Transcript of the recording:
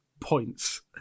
points